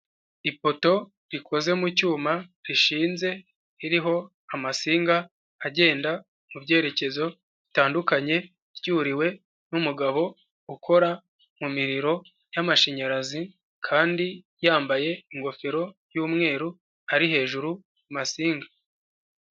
Ipoto rikoze mu cyuma rishinze ririho amansinga agenda mu byerekezo bitandukanye, ryuriwe n'umugabo ukora mu miriro y'amashanyarazi kandi yambaye ingofero y'umweru ari hejuru ku mansinga.